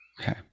Okay